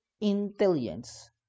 intelligence